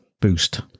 boost